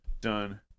done